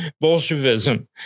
Bolshevism